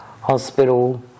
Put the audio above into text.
hospital